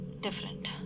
different